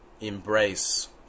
embrace